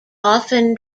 often